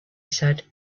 said